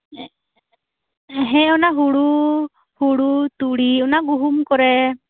ᱦᱮᱸ ᱚᱱᱟ ᱦᱩᱲᱩ ᱦᱩᱲᱩ ᱛᱩᱲᱤ ᱚᱱᱟ ᱜᱩᱦᱩᱢ ᱠᱚᱨᱮ